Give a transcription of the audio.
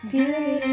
Beauty